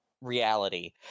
reality